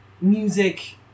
Music